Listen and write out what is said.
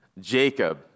Jacob